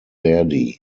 verdi